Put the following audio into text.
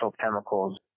chemicals